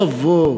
במקום לבוא,